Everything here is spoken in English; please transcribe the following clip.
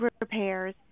repairs